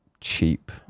cheap